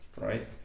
right